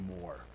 more